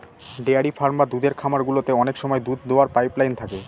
dairy farm বা দুধের খামার গুলোতে অনেক সময় দুধ দোওয়ার পাইপ লাইন থাকে